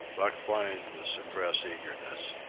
buck whined with suppressed eagerness.